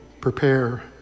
prepare